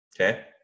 okay